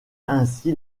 ainsi